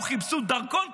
חיפשו דרכון,